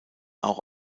auch